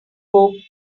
wore